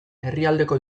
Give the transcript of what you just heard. herrialdeko